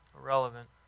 Irrelevant